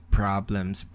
problems